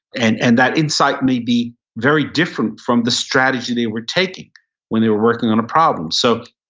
and and that insight may be very different from the strategy they were taking when they were working on a problem. so